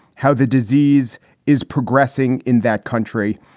how the disease is progressing in that country.